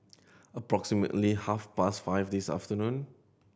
approximately half past five this afternoon